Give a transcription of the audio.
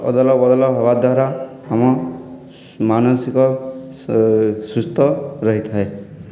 ଅଦଳ ବଦଳ ହେବା ଦ୍ଵାରା ଆମ ମାନସିକ ସୁସ୍ଥ ରହିଥାଏ